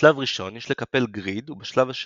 בשלב ראשון יש לקפל גריד ובשלב השני,